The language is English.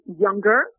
younger